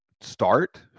start